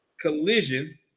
collision